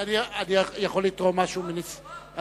אני יכול לתרום משהו מניסיוני?